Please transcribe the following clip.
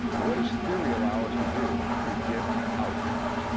what does theory allow us to do? predict outcomes.